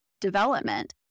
development